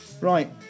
right